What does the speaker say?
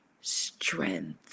strength